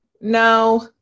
no